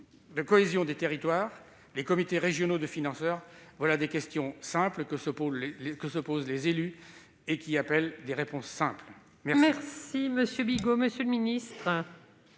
de cohésion territoriale ? Les comités régionaux des financeurs ? Voilà des questions simples, que se posent les élus et qui appellent des réponses simples. La